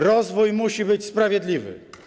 Rozwój musi być sprawiedliwy.